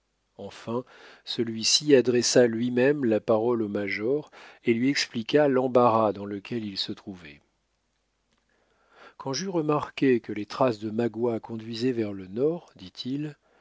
enfin celui-ci adressa lui-même la parole au major et lui expliqua l'embarras dans lequel il se trouvait quand j'eus remarqué que les traces de magua conduisaient vers le nord dit-il